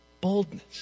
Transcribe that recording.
boldness